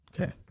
Okay